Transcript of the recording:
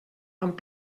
amb